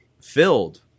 filled